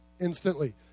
instantly